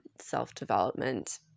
self-development